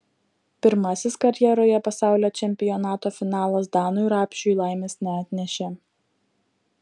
pirmasis karjeroje pasaulio čempionato finalas danui rapšiui laimės neatnešė